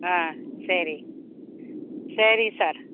ஆ சரி சரி சார்